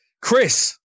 Chris